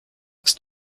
ist